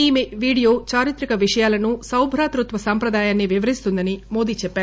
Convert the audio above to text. ఈ వీడియో చారిత్రక విషయాలను సౌభ్రాత్పత్స సాంప్రదాయాన్ని వివరిస్తుందని మోదీ చెప్పారు